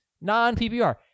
non-PPR